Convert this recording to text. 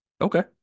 okay